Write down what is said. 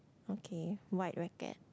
okay white racket